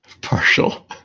Partial